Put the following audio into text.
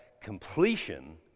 completion